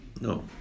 No